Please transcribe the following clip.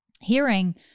hearing